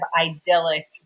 idyllic